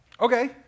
Okay